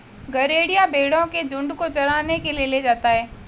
गरेड़िया भेंड़ों के झुण्ड को चराने के लिए ले जाता है